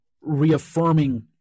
reaffirming